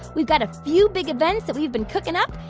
we've got a few big events that we've been cooking up,